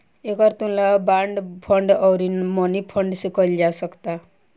एकर तुलना bond fund अउरी money fund से कईल जा सकता